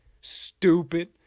stupid